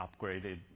upgraded